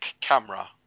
camera